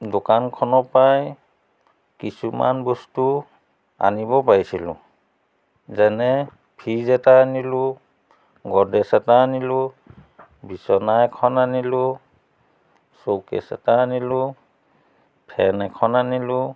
দোকানখনৰ পৰাই কিছুমান বস্তু আনিব পাৰিছিলোঁ যেনে ফ্ৰিজ এটা আনিলোঁ গড্ৰেছ এটা আনিলোঁ বিচনা এখন আনিলোঁ চৌকেছ এটা আনিলোঁ ফেন এখন আনিলোঁ